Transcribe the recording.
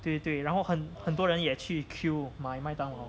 对对然后很很多人也去 queue 买麦当劳